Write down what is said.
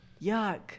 Yuck